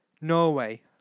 Norway